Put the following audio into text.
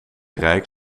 rijk